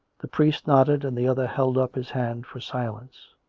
the priest nodded, and the other held up his hand for silence.